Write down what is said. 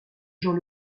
jean